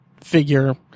figure